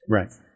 Right